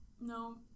No